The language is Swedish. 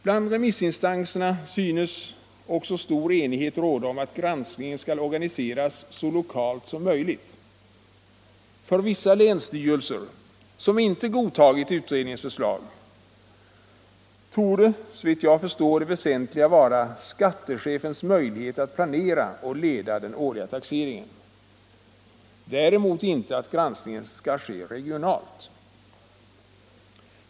Bland remissinstanserna' synes också stor enighet råda om att granskningen skall organiseras så lokalt som möjligt. För vissa länsstyrelser, som inte godtagit utredningens förslag, torde såvitt jag förstår det väsentliga vara skattechefens möjligheter att planera och leda den årliga taxeringen, däremot inte att granskningen skall ske regionalt.